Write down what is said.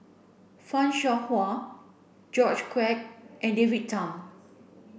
Fan Shao Hua George Quek and David Tham